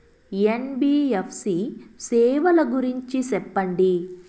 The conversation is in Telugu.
ఎన్.బి.ఎఫ్.సి సేవల గురించి సెప్పండి?